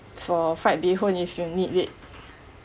for fried bee hoon if you need it